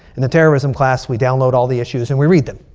in the terrorism class, we download all the issues and we read them.